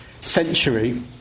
century